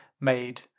made